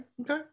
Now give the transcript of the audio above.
Okay